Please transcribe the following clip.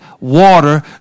water